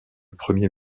premier